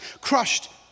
crushed